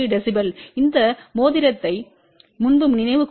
3 dB இந்த மோதிரத்தை முன்பு நினைவு கூர்ந்தால் கொடுக்கப்பட்ட 3